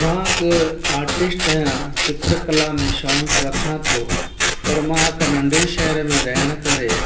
मां हिकु आर्टिस्ट आहियां चित्र कला में शौक़ु रखां थो पर मां हिकु नंढे शहर में रहण करे